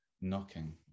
knocking